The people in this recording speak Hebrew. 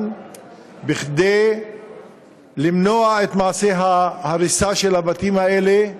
כדי למנוע את מעשה ההריסה של הבתים האלה,